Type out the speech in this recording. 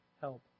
help